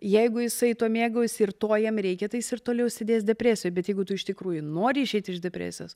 jeigu jisai tuo mėgaujasi ir to jam reikia tai jis ir toliau sėdės depresijoj bet jeigu tu iš tikrųjų nori išeiti iš depresijos